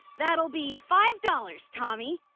that'll be five dollars, tommy.